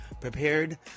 prepared